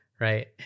Right